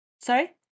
sorry